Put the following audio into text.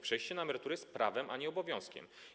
Przejście na emeryturę jest prawem, a nie obowiązkiem.